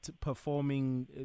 performing